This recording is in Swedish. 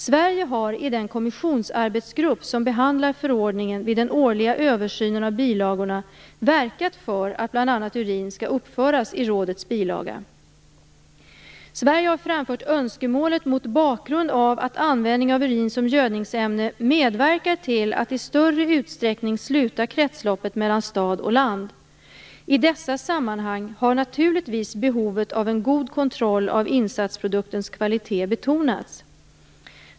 Sverige har i den kommissionsarbetsgrupp som behandlar förordningen vid den årliga översynen av bilagorna verkat för att bl.a. frågan om urin skall uppföras i rådets bilaga. Sverige har framfört önskemålet mot bakgrund av att användning av urin som gödningsämne medverkar till att i större utsträckning sluta kretsloppet mellan stad och land. I dessa sammanhang har naturligtvis behovet av en god kontroll av insatsproduktens kvalitet betonats.